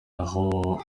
aho